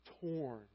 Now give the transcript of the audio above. Torn